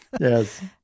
Yes